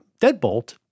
deadbolt